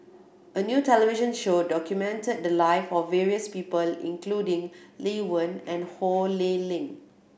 a new television show documented the life of various people including Lee Wen and Ho Lee Ling